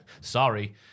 Sorry